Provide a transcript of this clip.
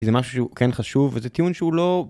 זה משהו שהוא כן חשוב וזה טיעון שהוא לא.